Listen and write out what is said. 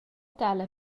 tala